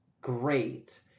great